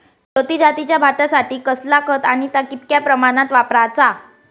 ज्योती जातीच्या भाताखातीर कसला खत आणि ता कितक्या प्रमाणात वापराचा?